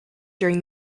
during